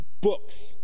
books